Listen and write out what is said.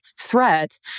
threat